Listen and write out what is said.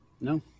no